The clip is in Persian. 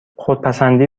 خودپسندی